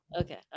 Okay